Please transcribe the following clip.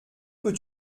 peux